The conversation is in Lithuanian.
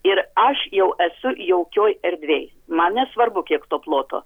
ir aš jau esu jaukioj erdvėj man nesvarbu kiek to ploto